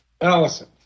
Allison